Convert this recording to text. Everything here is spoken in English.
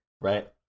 right